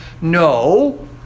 no